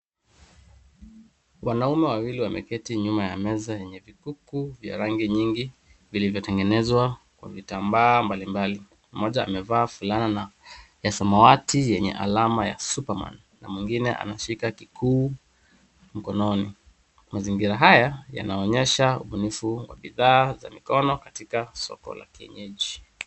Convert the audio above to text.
Wanaume wawili wameketi nyuma ya meza yenye vikuku vya rangi nyingi vilivyotegenezwa kwa vitambaa mbalimbali. Mmoja amevaa fulana ya samawati yenye alama ya superman. Mwingine ameshika kikuku mkononi. Mazingira haya yanaonyesha ubunifu wa bidhaa za mikono katika soko la kienyeji.